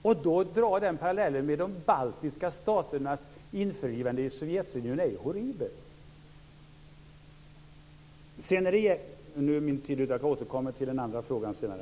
Att då dra parallellen med de baltiska staternas införlivande i Sovjetunionen är ju horribelt. Jag återkommer till min andra fråga senare.